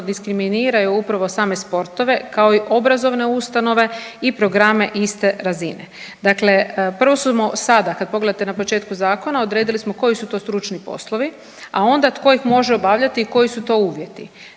diskriminiraju upravo same sportove, kao i obrazovne ustanove i programe iste razine. Dakle prvo smo sada kad pogledate na početku Zakona, odredili smo koji su to stručni poslovi, a onda tko ih može obavljati i koji su to uvjeti.